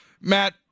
Matt